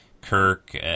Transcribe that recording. Kirk